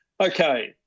Okay